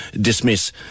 dismiss